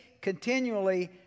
continually